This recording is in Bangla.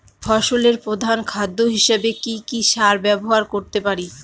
ফসলের প্রধান খাদ্য হিসেবে কি কি সার ব্যবহার করতে পারি?